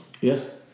Yes